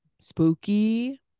spooky